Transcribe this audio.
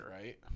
right